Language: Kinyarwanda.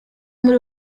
muri